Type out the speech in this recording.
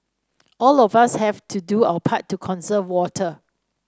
all of us have to do our part to conserve water